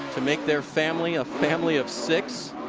to make their family a family of six.